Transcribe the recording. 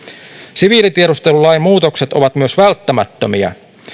siviilitiedustelulain muutokset ovat myös välttämättömiä